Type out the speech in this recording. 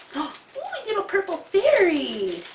like you know purple fairy!